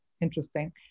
interesting